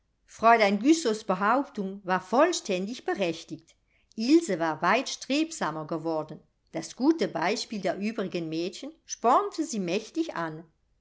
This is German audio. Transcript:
fräulein güssows behauptung war vollständig berechtigt ilse war weit strebsamer geworden das gute beispiel der übrigen mädchen spornte sie mächtig an